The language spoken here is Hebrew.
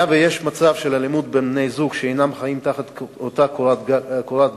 היה ויש מצב של אלימות בין בני-זוג שאינם חיים תחת אותה קורת גג,